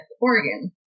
Oregon